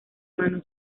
mano